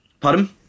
Pardon